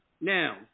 Now